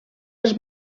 els